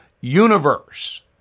universe